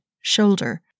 shoulder